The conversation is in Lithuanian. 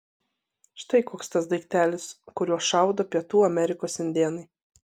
štai koks tas daiktelis kuriuo šaudo pietų amerikos indėnai